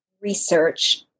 research